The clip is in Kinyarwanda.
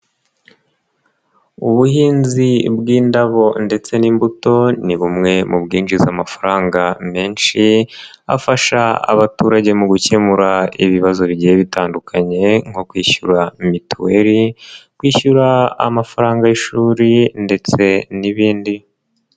Ubuhinzi bw'indabo ndetse n'imbuto ni bumwe mu bwinjiza amafaranga menshi afasha abaturage mu gukemura ibibazo bigiye bitandukanye nko kwishyura mituweli, kwishyura amafaranga y'ishuri ndetse n'ibindi.